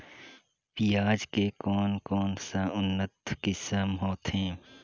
पियाज के कोन कोन सा उन्नत किसम होथे?